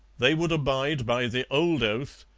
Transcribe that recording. they would abide by the old oath,